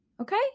okay